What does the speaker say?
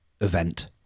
event